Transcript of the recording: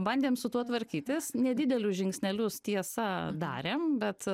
bandėm su tuo tvarkytis nedidelius žingsnelius tiesa darėm bet